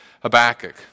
Habakkuk